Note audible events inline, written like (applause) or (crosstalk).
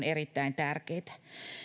(unintelligible) erittäin tärkeitä